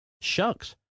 Shucks